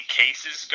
cases